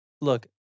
Look